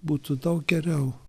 būtų daug geriau